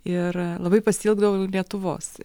ir labai pasiilgdavau lietuvos